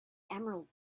emerald